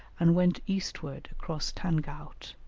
and went eastward across tangaut,